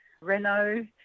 Renault